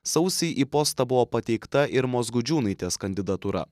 sausį į postą buvo pateikta irmos gudžiūnaitės kandidatūra